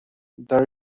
there